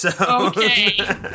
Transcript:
Okay